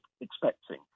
expecting